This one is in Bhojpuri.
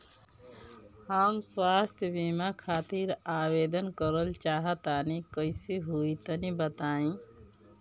हम स्वास्थ बीमा खातिर आवेदन करल चाह तानि कइसे होई तनि बताईं?